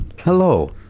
Hello